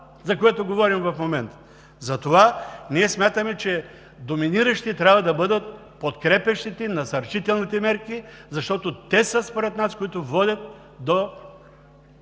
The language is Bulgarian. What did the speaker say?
за което говорим в момента. Затова ние смятаме, че доминиращи трябва да бъдат подкрепящите, насърчителните мерки, защото те са според нас, които водят до